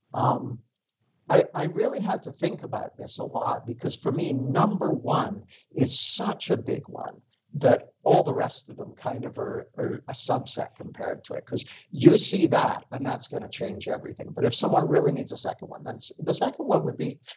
um i i really had to think about this a lot because, for me number one is such a big one that all the rest of them kind of are are a subset compared to it because you see that, and that's going to change everything. but if someone really needs a second one, then the second one would be,